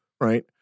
right